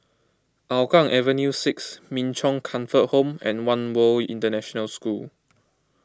Hougang Avenue six Min Chong Comfort Home and one World International School